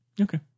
Okay